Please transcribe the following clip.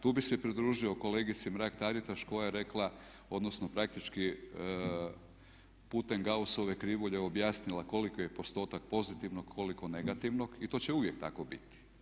Tu bih se pridružio kolegici Mrak Taritaš koja je rekla, odnosno praktički putem Gausove krivulje objasnila koliki je postotak pozitivnog, koliko negativnog i to će uvijek tako biti.